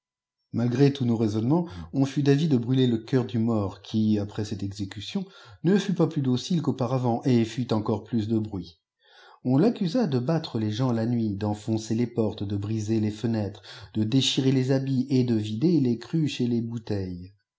malgré tous nos raisonnements on fut davis de brûler le cœur du mort qui après cette exécution ne fut pas plus docile qu'auparavant et fit encore plus de bruit on l'accusa de battre les gens la nuit d'enfoncer les portes de briser les fenêtres de déchirer les habits et de vider les cruches et les bouteilles